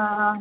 അ